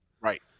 right